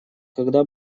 когда